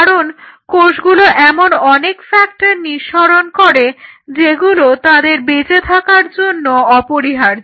কারণ কোষগুলো এমন অনেক ফ্যাক্টর নিঃসরণ করে যেগুলো তাদের বেঁচে থাকার জন্য অপরিহার্য